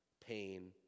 pain